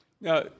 now